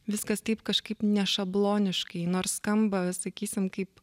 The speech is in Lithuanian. viskas taip kažkaip nešabloniškai nors skamba sakysim kaip